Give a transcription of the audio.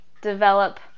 develop